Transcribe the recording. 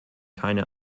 keine